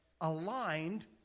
aligned